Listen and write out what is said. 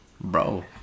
bro